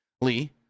Lee